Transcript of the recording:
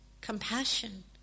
compassion